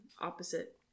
opposite